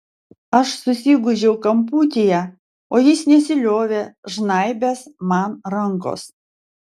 aš susigūžiau kamputyje o jis nesiliovė žnaibęs man rankos